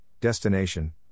destination